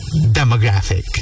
demographic